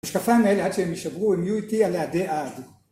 המשקפיים האלה עד שהם יישברו הם יהיו איתי לעדי עד